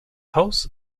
haus